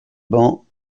bancs